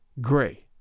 Gray